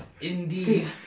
Indeed